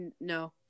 no